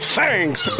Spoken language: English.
Thanks